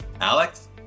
Alex